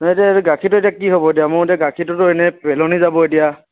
নহয় এতিয়া গাখীৰটো এতিয়া কি হ'ব এতিয়া মই এতিয়া গাখীৰটোতো এনেই পেলনি যাব এতিয়া